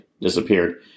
disappeared